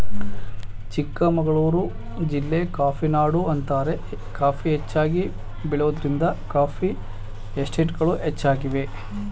ಚಿಕ್ಕಮಗಳೂರು ಜಿಲ್ಲೆ ಕಾಫಿನಾಡು ಅಂತಾರೆ ಕಾಫಿ ಹೆಚ್ಚಾಗಿ ಬೆಳೆಯೋದ್ರಿಂದ ಕಾಫಿ ಎಸ್ಟೇಟ್ಗಳು ಹೆಚ್ಚಾಗಿವೆ